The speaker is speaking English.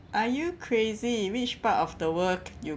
are you crazy which part of the world c~ you